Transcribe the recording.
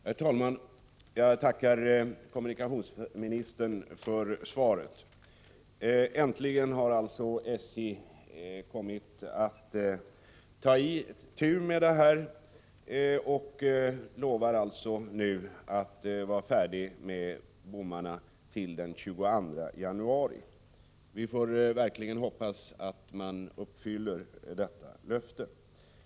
Herr talman! Jag tackar kommunikationsministern för svaret. SJ har alltså äntligen tagit itu med den här frågan och lovar nu att man skall vara färdig med bommarna till den 22 januari. Vi får verkligen hoppas att man uppfyller detta löfte.